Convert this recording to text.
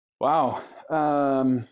Wow